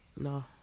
No